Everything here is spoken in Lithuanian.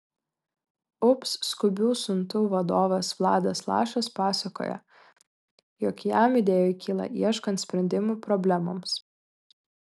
ups skubių siuntų vadovas vladas lašas pasakoja jog jam idėjų kyla ieškant sprendimų problemoms